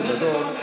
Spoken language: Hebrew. בגדול,